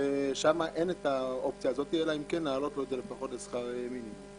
ושם אין האופציה הזאת אלא אם כן להעלות לו את זה לפחות לשכר מינימום.